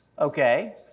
Okay